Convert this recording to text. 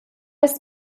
ist